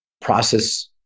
process